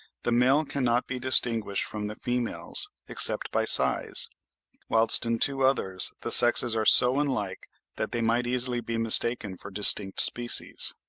the male cannot be distinguished from the females, except by size whilst in two others, the sexes are so unlike that they might easily be mistaken for distinct species.